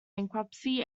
bankruptcy